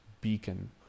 beacon